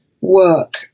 work